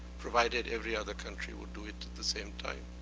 provided every other country would do it at the same time.